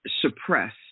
suppress